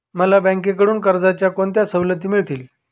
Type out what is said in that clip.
मला बँकेकडून कर्जाच्या कोणत्या सवलती मिळतील?